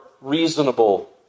reasonable